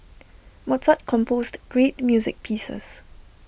Mozart composed great music pieces